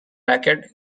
racket